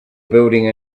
building